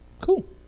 Cool